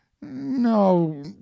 No